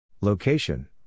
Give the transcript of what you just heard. Location